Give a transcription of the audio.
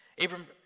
Abram